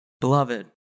Beloved